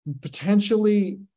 potentially